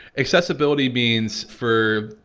accessibility means for,